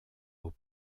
aux